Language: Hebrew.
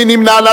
מי נמנע?